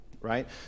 right